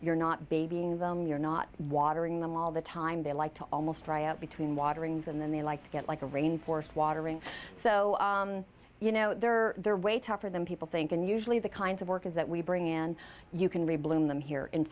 you're not babying them you're not watering them all the time they like to almost dry out between waterings and then they like to get like a rain forest watering so you know they're they're way tougher than people think and usually the kinds of workers that we bring in and you can read bloom them here in